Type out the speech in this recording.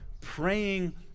praying